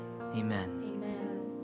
Amen